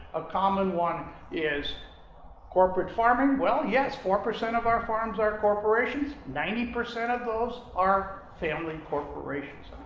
a common one is corporate farming. well, yes, four percent of our farms are corporations. ninety percent of those are family corporations.